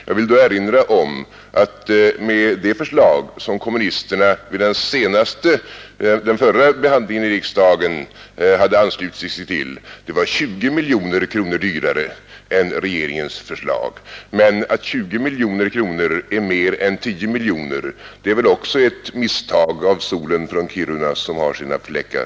Jag vill då erinra om att det förslag som kommunisterna vid den förra behandlingen i riksdagen hade anslutit sig till skulle ha varit 20 miljoner kronor dyrare än regeringens förslag. Men att 20 miljoner kronor är mer än 10 miljoner är väl också ett misstag av solen från Kiruna, som har sina fläckar.